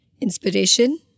Inspiration